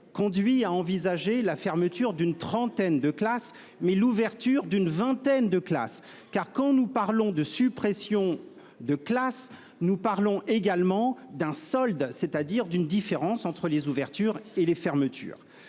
conduit à envisager la fermeture d'une trentaine de classes, mais aussi l'ouverture d'une vingtaine d'autres. En effet, quand nous évoquons les suppressions de classes, nous parlons également d'un solde, c'est-à-dire d'une différence entre les ouvertures et les fermetures.